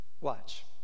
Watch